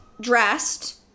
dressed